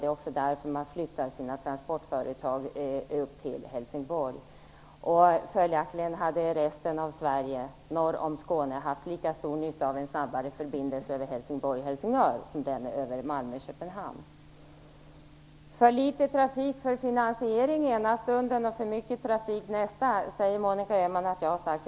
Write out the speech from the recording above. Det är också därför man flyttar sina transportföretag upp till Helsingborg. Följaktligen hade resten av Sverige, norr om Skåne, haft lika stor nytta av en snabbare förbindelse över För litet trafik för finansiering ena stunden och för mycket trafik nästa, säger Monica Öhman att jag har sagt.